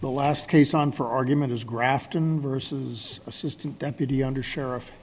the last case on for argument is grafton versus assistant deputy undersheriff